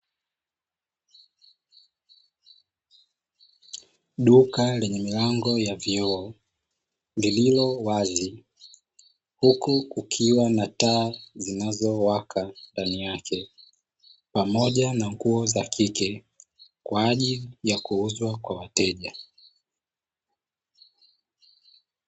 Duka lenye milango ya vyoo, lililo wazi. Huku kukiwa na taa zinazowaka ndani yake, pamoja nanguo za kike kwa ajili ya kuuzwa kwa wateja.